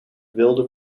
wilde